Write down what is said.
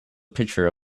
picture